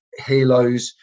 helos